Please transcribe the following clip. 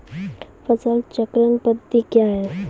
फसल चक्रण पद्धति क्या हैं?